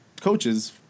coaches